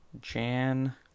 Jan